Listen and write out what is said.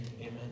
Amen